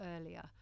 earlier